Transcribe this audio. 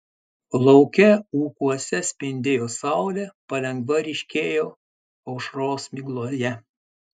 lauke ūkuose spindėjo saulė palengva ryškėjo aušros migloje